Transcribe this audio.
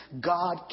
God